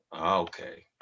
Okay